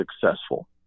successful